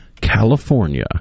California